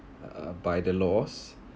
uh by the loss